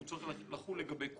הוא צריך לחול לגבי כולם,